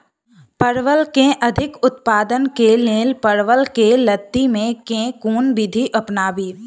परवल केँ अधिक उत्पादन केँ लेल परवल केँ लती मे केँ कुन विधि अपनाबी?